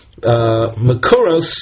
Makoros